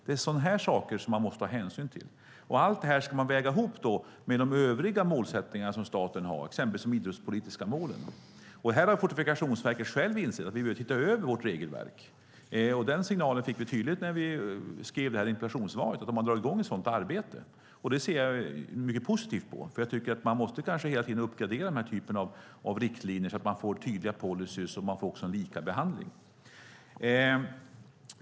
Det är sådana här saker som man måste ta hänsyn till. Allt detta ska man väga ihop med de övriga målsättningar som staten har, till exempel de idrottspolitiska målen. Här har Fortifikationsverket självt insett att man måste se över regelverket. Den signalen fick vi tydligt när vi skrev det här interpellationssvaret, och verket drar i gång ett sådant arbete. Det ser jag mycket positivt på. Jag tycker att man hela tiden måste uppgradera den här typen av riktlinjer för att få tydliga policyer och en likabehandling.